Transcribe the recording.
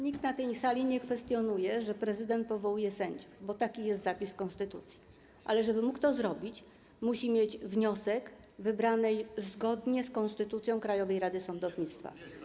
Nikt na tej sali nie kwestionuje, że prezydent powołuje sędziów, bo taki jest zapis w konstytucji, ale żeby mógł to zrobić, musi mieć wniosek wybranej zgodnie z konstytucją Krajowej Rady Sądownictwa.